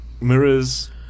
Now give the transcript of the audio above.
mirrors